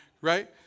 right